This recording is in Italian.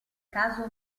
caso